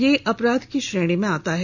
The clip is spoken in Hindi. यह अपराध की श्रेणी में आता है